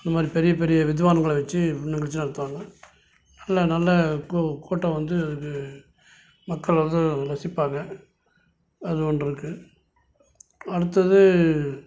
இதுமாதிரி பெரிய பெரிய விற்றுவான்கள வச்சு நிகழ்ச்சி நடத்துவாங்க எல்லாம் நல்ல கூ கூட்டம் வந்து இது மக்கள் வந்து ரசிப்பாங்க அது ஒன்று இருக்கு அடுத்தது